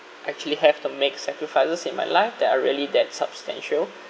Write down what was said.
actually have to make sacrifices in my life that are really that substantial